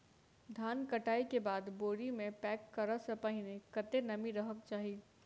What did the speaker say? धान कटाई केँ बाद बोरी मे पैक करऽ सँ पहिने कत्ते नमी रहक चाहि?